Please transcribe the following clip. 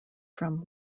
from